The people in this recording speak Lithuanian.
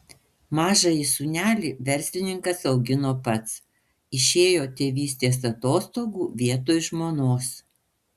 mažąjį sūnelį verslininkas augino pats išėjo tėvystės atostogų vietoj žmonos